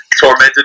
tormented